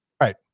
Right